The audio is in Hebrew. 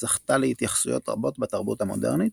זכתה להתייחסויות רבות בתרבות המודרנית,